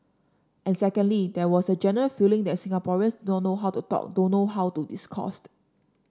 and secondly there was a general feeling that Singaporeans do not know how to talk don't know how to discoursed